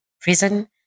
prison